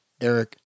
Eric